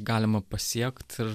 galima pasiekt ir